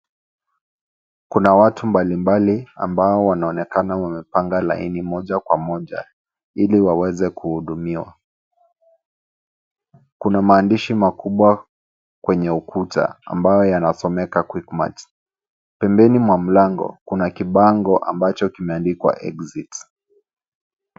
Kuna watu mbalimbali ambao wanaonekana wamepanga laini moja kwa moja ili waweza kuhudumiwa. Kuna maandishi makubwa kwenye ukuta ambayo yanasomeka Quickmart. Pembeni mwa mlango, kuna kibango ambacho kimeandikwa Exit .